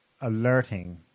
alerting